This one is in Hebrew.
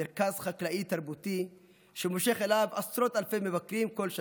מרכז חקלאי תרבותי שמושך אליו עשרות אלפי מבקרים בכל שנה,